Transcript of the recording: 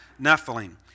Nephilim